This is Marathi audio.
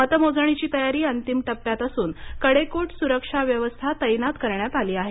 मतमोजणीची तयारी अंतिम टप्प्यात असून कडेकोट सुरक्षा व्यवस्था तैनात करण्यात आली आहे